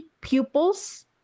pupils